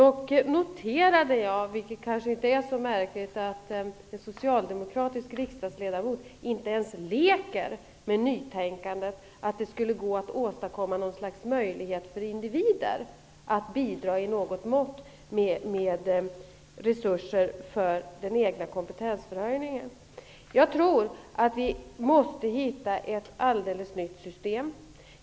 Jag noterade dock, vilket kanske inte är så märkligt, att en socialdemokratisk riksdagsledamot inte ens leker med tanken på att det skulle gå att åstadkomma något slags möjlighet för individer att bidra i någon mån med resurser för den egna kompetenshöjningen. Jag tror att vi måste komma fram till ett alldeles nytt system.